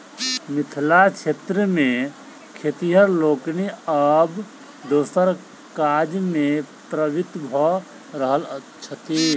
मिथिला क्षेत्र मे खेतिहर लोकनि आब दोसर काजमे प्रवृत्त भ रहल छथि